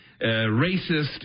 racist